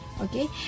Okay